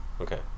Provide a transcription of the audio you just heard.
okay